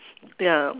ya